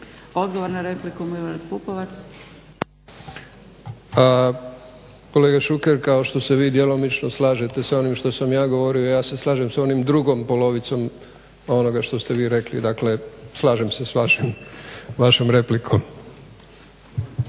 Pupovac. **Pupovac, Milorad (SDSS)** Kolega Šuker, kao što se vi djelomično slažete s onim što sam ja govorio, ja se slažem s onom drugom polovicom onoga što ste vi rekli, dakle slažem se s vašom replikom.